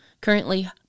currently